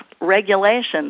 regulations